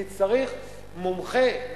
כי צריך מומחה לגז,